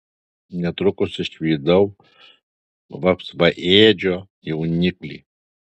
netrukus išvydau vapsvaėdžio jauniklį